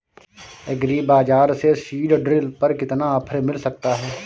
Agree bazaar से seed drill पर कितना ऑफर मिल सकता है?